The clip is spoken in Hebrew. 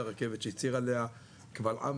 יש חלק מההסכמים הקואליציוניים שצריך לקיים אותם.